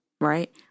right